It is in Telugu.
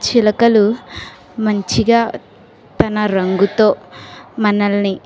చిలకలు మంచిగా తన రంగుతో మనల్ని